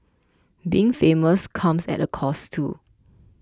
being famous comes at a cost too